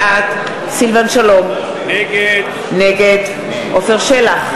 בעד סילבן שלום, נגד עפר שלח,